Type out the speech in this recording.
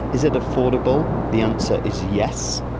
is it affordable? the answer is yes.